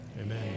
amen